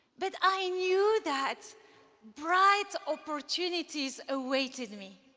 but i knew that bright opportunities awaited me.